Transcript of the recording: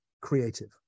creative